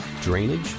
drainage